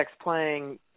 playing